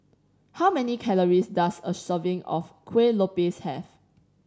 how many calories does a serving of Kueh Lopes have